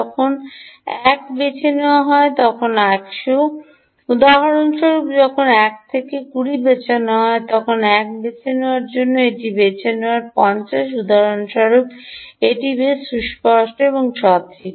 যখন 1 বেছে নেওয়া হয় 100 হয় উদাহরণস্বরূপ কখন 1 থেকে 20 বেছে নেওয়া হয় এবং যখন 1 বেছে নেওয়ার জন্য একটি বেছে নেওয়া হয় 50 উদাহরণস্বরূপ এটি বেশ সুস্পষ্ট সঠিক